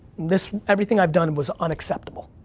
this, everything i've done was unacceptable.